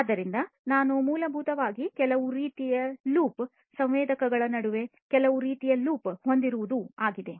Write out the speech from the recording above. ಆದ್ದರಿಂದ ನಾವು ಮೂಲಭೂತವಾಗಿ ಕೆಲವು ರೀತಿಯ ಲೂಪ್ ಸಂವೇದಕದ ನಡುವೆ ಕೆಲವು ರೀತಿಯ ಲೂಪ್ ಹೊಂದಿರುವುದು ಆಗಿದೆ